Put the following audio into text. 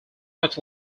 much